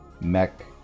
Mech